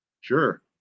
sure